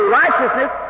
righteousness